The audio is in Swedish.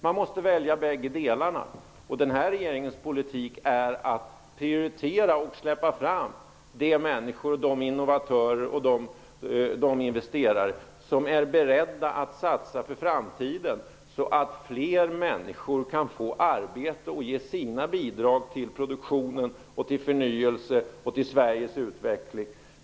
Men måste välja bägge delarna. Den här regeringens politik är att prioritera och släppa fram de människor, innovatörer och investerare som är beredda att satsa för framtiden, så att fler människor kan få arbete och ge sina bidrag till produktion, förnyelse och Sveriges utveckling.